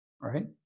right